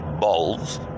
Balls